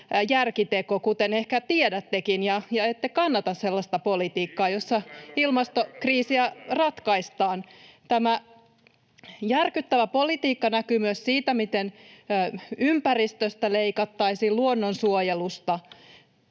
varaa käydä töissä enää!] Ette kannata sellaista politiikkaa, jossa ilmastokriisiä ratkaistaan. Tämä järkyttävä politiikka näkyy myös siitä, miten leikattaisiin ympäristöstä ja luonnonsuojelusta.